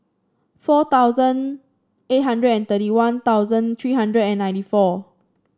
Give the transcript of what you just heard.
four thousand eight hundred and thirty One Thousand three hundred and ninety four